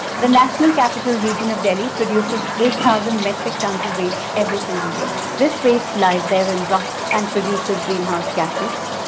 the national capital region of delhi produces eight thousand metric tons of waste every single day. this waste lies there and rots and produces greenhouse gases.